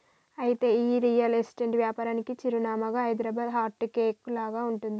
అయితే ఈ real estate వ్యాపారానికి చిరునామాగా హైదరాబాదు హార్ట్ కేక్ లాగా ఉంటుంది